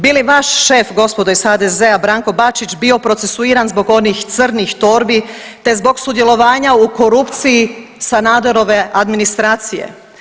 Bi li vaš šef gospodo iz HDZ-a Branko Bačić bio procesuiran zbog onih crnih torbi te zbog sudjelovanja u korupciji Sanaderove administracije?